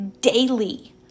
daily